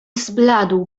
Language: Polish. zbladł